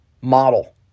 model